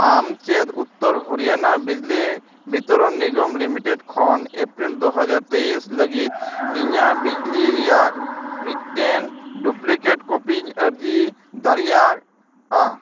ᱟᱢ ᱪᱮᱫ ᱩᱛᱛᱚᱨ ᱦᱚᱨᱤᱭᱟᱱᱟ ᱵᱤᱡᱽᱞᱤ ᱵᱤᱛᱚᱨᱚᱱ ᱱᱤᱜᱚᱢ ᱞᱤᱢᱤᱴᱮᱰ ᱠᱷᱚᱱ ᱮᱯᱨᱤᱞ ᱫᱩ ᱦᱟᱡᱟᱨ ᱛᱮᱭᱤᱥ ᱞᱟᱹᱜᱤᱫ ᱤᱧᱟᱹᱜ ᱵᱤᱡᱽᱞᱤ ᱨᱮᱭᱟᱜ ᱢᱤᱫᱴᱮᱱ ᱰᱩᱵᱽᱞᱤᱠᱮᱴ ᱠᱚᱯᱤ ᱟᱨᱡᱤ ᱫᱟᱲᱮᱭᱟᱜᱼᱟ